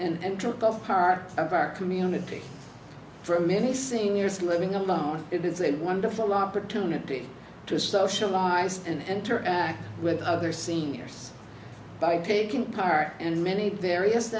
off part of our community for many singers living alone it is a wonderful opportunity to socialize and interact with other seniors by taking part in many various